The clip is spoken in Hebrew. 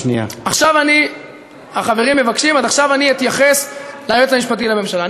עכשיו אני רוצה לדבר על היועץ המשפטי לממשלה.